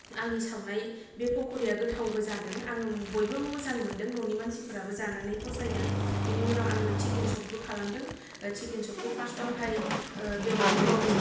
आंनि सावनाय बे पकरिया गोथावबो जादों आङो बयबो मोजां मोनदों ननि मानसिफ्राबो जानानै फसायदों बेनि उनाव आङो चिकेन चपबो खालामदों ओ चिकेन चपखौ फार्सतावहाय ओ बेदरखौ